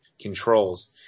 controls